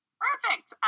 Perfect